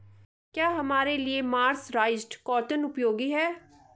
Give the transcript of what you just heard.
क्या हमारे लिए मर्सराइज्ड कॉटन उपयोगी है?